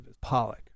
Pollock